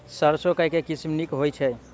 सैरसो केँ के किसिम नीक होइ छै?